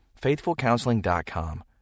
FaithfulCounseling.com